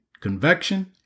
convection